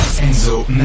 Enzo